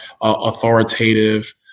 authoritative